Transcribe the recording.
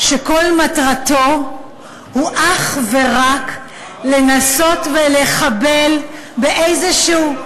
שכל מטרתו היא אך ורק לנסות ולחבל באיזשהו,